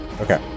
Okay